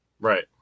Right